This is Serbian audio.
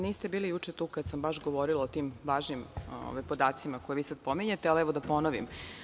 Niste bili juče tu kada sam baš govorila o tim važnim podacima koje vi sada pominjete, ali evo da ponovim.